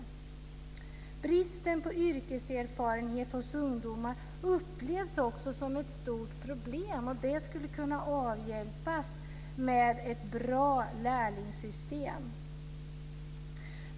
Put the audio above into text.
Bristen på yrkeserfarenhet hos ungdomar upplevs också som ett stort problem. Det skulle kunna avhjälpas med ett bra lärlingssystem.